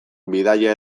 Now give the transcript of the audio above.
bidaia